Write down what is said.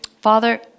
Father